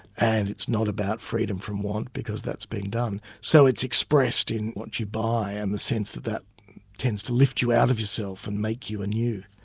and it's not about freedom from want, because that's been done. so it's expressed in what you buy, buy, and the sense that that tends to lift you out of yourself and make you anew.